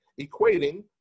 equating